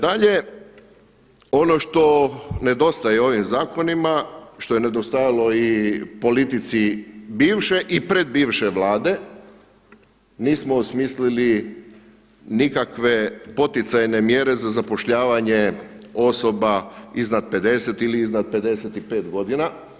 Dalje, ono što nedostaje ovim zakonima, što je nedostajalo i politici bivše i pred bivše Vlade, nismo osmislili nikakve poticajne mjere za zapošljavanje osoba iznad 50 ili iznad 55 godina.